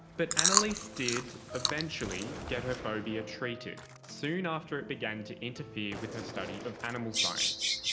but annaleise did eventually get her phobia treated, soon after it began to interfere with her study of animal science.